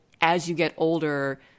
as-you-get-older